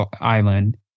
island